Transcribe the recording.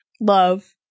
love